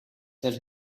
that